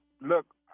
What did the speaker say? Look